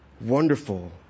wonderful